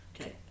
Okay